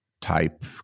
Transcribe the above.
type